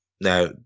Now